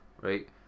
right